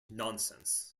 nonsense